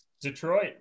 Detroit